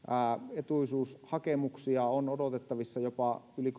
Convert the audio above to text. etuisuushakemuksia on odotettavissa jopa yli